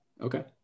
okay